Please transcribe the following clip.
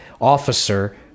officer